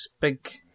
big